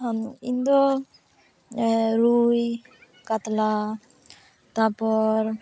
ᱤᱧ ᱫᱚ ᱨᱩᱭ ᱠᱟᱛᱞᱟ ᱛᱟᱨᱯᱚᱨ